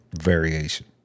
variation